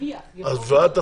נרוויח --- השוואת התנאים,